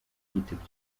yitabye